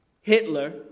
Hitler